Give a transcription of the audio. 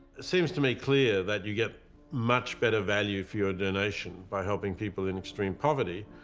seems to me clear, that you get much better value for your donation by helping people in extreme poverty,